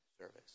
service